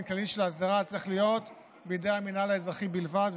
כללי צריך להיות בידי המינהל האזרחי בלבד,